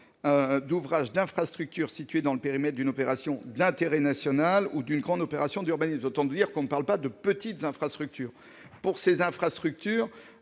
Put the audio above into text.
ouvrages d'infrastructures situés dans le périmètre d'une opération d'intérêt national ou d'une grande opération d'urbanisme- autant dire que l'on ne parle pas de petites infrastructures ! Il semble